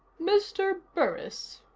mr. burris,